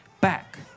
back